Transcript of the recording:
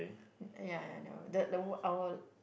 ya ya I never the the wood I will